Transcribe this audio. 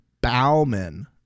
Bowman